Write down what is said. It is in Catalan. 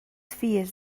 fies